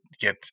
get